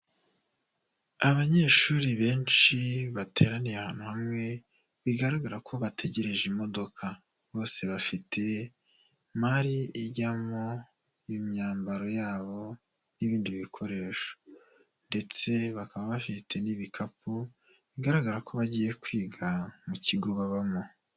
Abanyeshuri benshi bateraniye ahantu hamwe, bigaragara ko bategereje imodoka, bose bafite mari ijyamo imyambaro yabo n'ibindi bikoresho ndetse bakaba bafite n'ibikapu, bigaragara ko bagiye kwiga mu kigo babamo.